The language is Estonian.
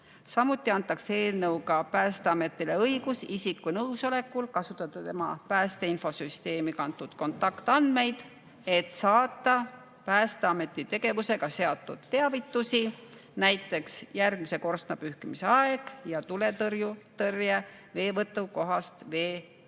Samuti antakse eelnõuga Päästeametile õigus isiku nõusoleku korral kasutada tema päästeinfosüsteemi kantud kontaktandmeid, et saata Päästeameti tegevusega seotud teavitusi, näiteks järgmise korstnapühkimise aja ja tuletõrje veevõtukohas vee